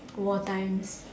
war times